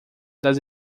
das